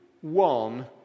one